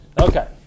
Okay